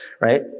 right